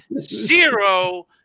zero